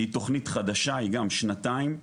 שהיא תוכנית חדשה היא גם שנתיים,